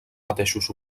mateixos